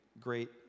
great